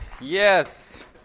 yes